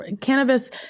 cannabis